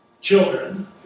children